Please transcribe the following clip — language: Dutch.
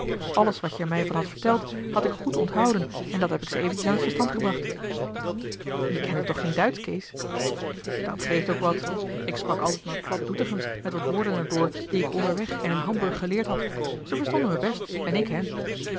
alles wat jij er mij van hadt verteld had ik goed onthouden en dat heb ik ze eventjes aan het verstand gebracht je kende toch geen duitsch kees dat geeft ook wat ik sprak altijd maar plat doetinchemsch met wat woorden er door die ik onderweg en in hamburg geleerd had zij verstonden mij best en ik hen